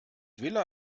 vila